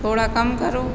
थोड़ा कम करो